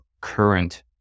current